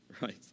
right